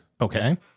Okay